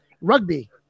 Rugby